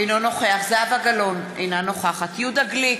אינו נוכח זהבה גלאון, אינה נוכחת יהודה גליק,